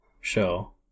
show